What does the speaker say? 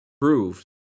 proved